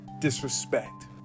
disrespect